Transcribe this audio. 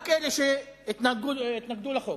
אדוני היושב-ראש, רק אלה שהתנגדו לחוק.